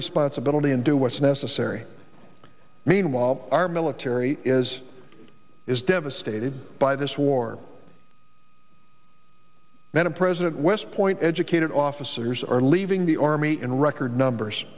responsibility and do what's necessary meanwhile our military is is devastated by this war madam president west point educated officers are leaving the army in record numbers